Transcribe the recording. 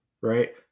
right